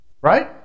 Right